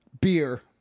Beer